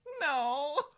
No